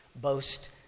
boast